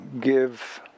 give